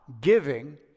giving